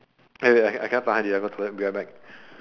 wait wait I cannot tahan already I go toilet already be right back